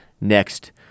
next